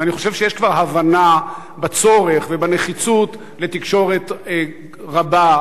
ואני חושב שיש כבר הבנה בצורך ובנחיצות בתקשורת רבה,